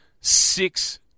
six